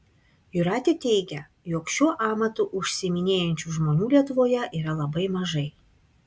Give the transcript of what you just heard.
jūratė teigia jog šiuo amatu užsiiminėjančių žmonių lietuvoje yra labai mažai